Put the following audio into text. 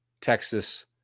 Texas